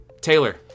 Taylor